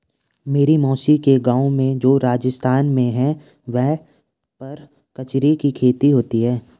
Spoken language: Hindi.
मेरी मौसी के गाँव में जो राजस्थान में है वहाँ पर कचरी की खेती होती है